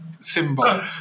symbol